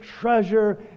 treasure